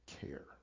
care